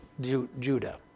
Judah